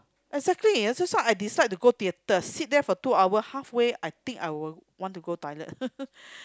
exactly just now I dislike to go theater sit there for two hours halfway I think I will want to go toilet